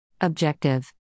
Objective